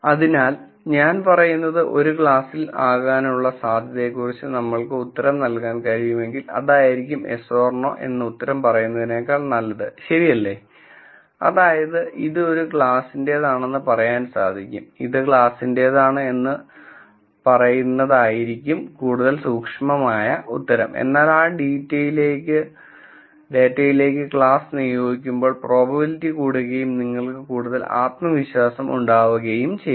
അതിനാൽ ഞാൻ പറയുന്നത് ഒരു ക്ലാസ്സിൽ ആകാനുള്ള സാധ്യതയെക്കുറിച്ച് നമ്മൾക്ക് ഉത്തരം നൽകാൻ കഴിയുമെങ്കിൽ അതായിരിക്കും yes or no എന്ന് ഉത്തരം പറയുന്നതിനേക്കാൾ നല്ലത് ശരിയല്ലേ അതായത്ഇത് ഒരു ക്ലാസ്സിന്റേതാണെന്ന് പറയാൻ സാധിക്കും ഇത് ക്ലാസിന്റേതാണ് എന്ന പറയുന്നതായിരിക്കും കൂടുതൽ സൂക്ഷ്മമായ ഉത്തരം എന്നാൽ ആ ഡീറ്റയിലേക്ക് ക്ലാസ് നിയോഗിക്കുമ്പോൾ പ്രോബബിലിറ്റി കൂടുകയും നിങ്ങൾക്ക് കൂടുതൽ ആത്മവിശ്വാസം ഉണ്ടാവുകയും ചെയ്യണം